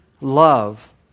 Love